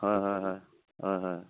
হয় হয় হয় হয় হয়